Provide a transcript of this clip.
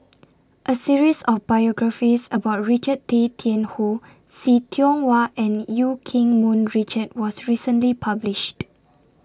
A series of biographies about Richard Tay Tian Hoe See Tiong Wah and EU Keng Mun Richard was recently published